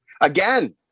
Again